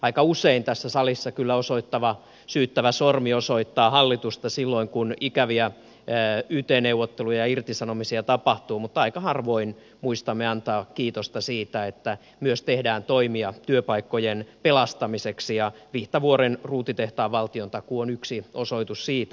aika usein tässä salissa kyllä syyttävä sormi osoittaa hallitusta silloin kun ikäviä yt neuvotteluja ja irtisanomisia tapahtuu mutta aika harvoin muistamme antaa kiitosta siitä että myös tehdään toimia työpaikkojen pelastamiseksi ja vihtavuoren ruutitehtaan valtiontakuu on yksi osoitus siitä